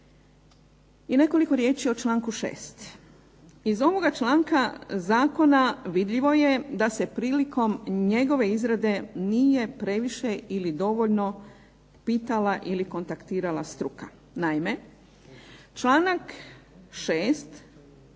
I nekoliko riječi o članku 6. Iz ovoga članka Zakona vidljivo je da se prilikom njegove izrade nije previše pitala struka. Naime, članak 6.